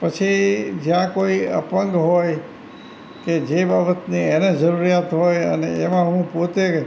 પછી જ્યાં કોઈ અપંગ હોય કે જે બાબતની એને જરૂરિયાત હોય અને એમાં હું પોતે